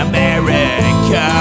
America